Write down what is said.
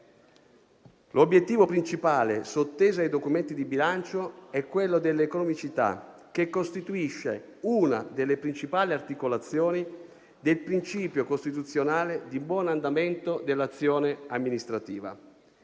L'obiettivo principale sotteso ai documenti di bilancio è quello dell'economicità, che costituisce una delle principali articolazioni del principio costituzionale di buon andamento dell'azione amministrativa.